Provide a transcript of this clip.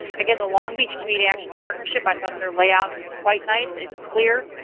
again, the long beach community action partnership, i thought their layout was quite nice. it's clear,